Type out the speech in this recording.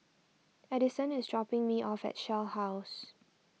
Adyson is dropping me off at Shell House